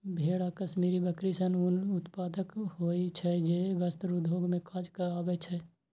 भेड़ आ कश्मीरी बकरी सं ऊनक उत्पादन होइ छै, जे वस्त्र उद्योग मे काज आबै छै